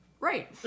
Right